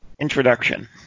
introduction